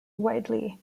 widely